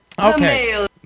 Okay